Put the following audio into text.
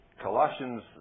Colossians